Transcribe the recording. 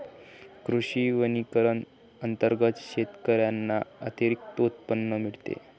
कृषी वनीकरण अंतर्गत शेतकऱ्यांना अतिरिक्त उत्पन्न मिळते